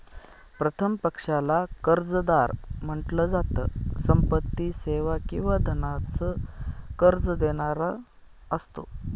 प्रथम पक्षाला कर्जदार म्हंटल जात, संपत्ती, सेवा किंवा धनाच कर्ज देणारा असतो